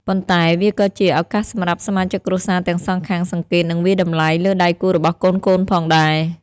ប៉ុន្តែវាក៏ជា ឱកាសសម្រាប់សមាជិកគ្រួសារទាំងសងខាងសង្កេត និងវាយតម្លៃ លើដៃគូរបស់កូនៗផងដែរ។